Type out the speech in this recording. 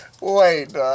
Wait